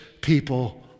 people